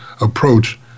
approach